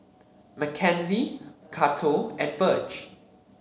Mackenzie Cato and Virge